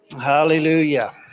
Hallelujah